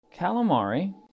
calamari